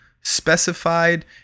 specified